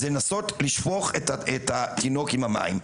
זה לנסות לשפוך את התינוק עם המים,